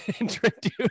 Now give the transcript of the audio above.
introduce